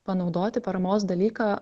panaudoti paramos dalyką